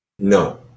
No